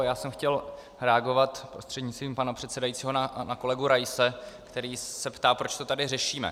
Já jsem chtěl reagovat prostřednictvím pana předsedajícího na kolegu Raise, který se ptá, proč to tady řešíme.